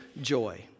joy